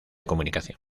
comunicación